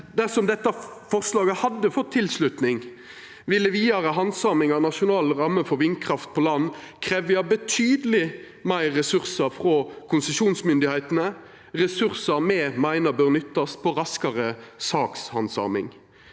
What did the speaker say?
Dersom dette forslaget hadde fått tilslutning, ville vidare handsaming av nasjonale rammer for vindkraft på land krevja betydeleg meir ressursar frå konsesjonsmyndigheitene, ressursar me meiner bør nyttast til raskare sakshandsaming.